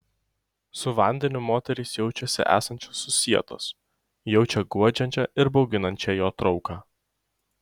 su vandeniu moterys jaučiasi esančios susietos jaučia guodžiančią ir bauginančią jo trauką